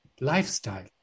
lifestyle